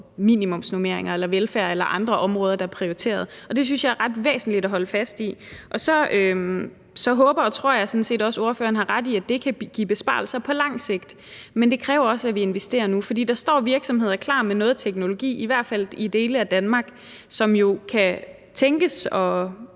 minimumsnormeringer, velfærd eller andre områder, der er prioriteret, og det synes jeg er ret væsentligt at holde fast i. Så håber og tror jeg sådan set også, at ordføreren har ret i, at det kan give besparelser på lang sigt, men det kræver, at vi investerer nu. For der står virksomheder klar med noget teknologi i hvert fald i dele af Danmark, og de kan jo tænkes at